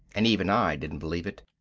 and even i didn't believe it.